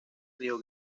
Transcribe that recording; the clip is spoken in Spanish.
río